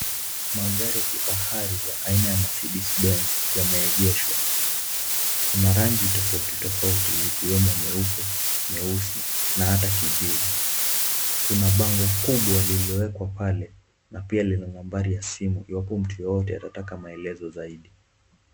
Magari ya kifahari ya aina ya Mercedes Benz yameegeshwa. Kuna rangi tofauti tofauti zikiwemo nyeupe, nyeusi na hata kijivu. Kuna bango kubwa lililowekwa pale na pia lina nambari ya simu iwapo mtu yoyote atataka maelezo usaidizi.